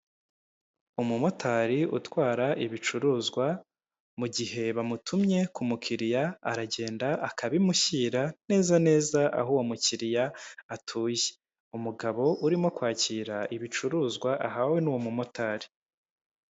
Umumotari utwara ibicuruzwa mu gihe bamutumye ku mukiriya aragenda akabimushyira neza neza aho uwo mukiriya atuye, umugabo urimo kwakira ibicuruzwa ahawe n'uwo mumotari.